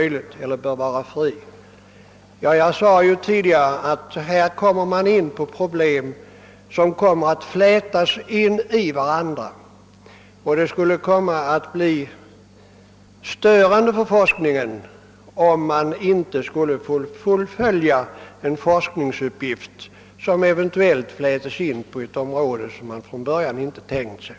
Jag sade tidigare att man här kommer in på problem som flätas in i varandra och att det skulle bli störande för forskningen, om man inte skulle kunna fullfölja en forskningsuppgift som eventuellt flätats in i en annan på ett område som man från början inte tänkt sig.